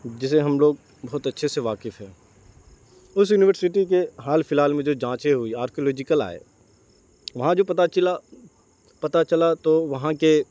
جسے ہم لوگ بہت اچھے سے واقف ہیں اس یونیورسٹی کے حال فی الحال میں جو جانچیں ہوئی آرکولوجیکل آئے وہاں جو پتہ چلا پتہ چلا تو وہاں کے